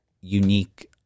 unique –